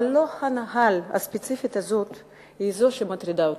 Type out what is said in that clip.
אבל לא הנעל הספציפית הזאת היא זו שמטרידה אותי.